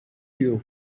you